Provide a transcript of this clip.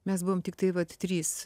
mes buvom tiktai vat trys